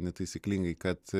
netaisyklingai kad